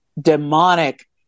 demonic